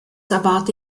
erwarte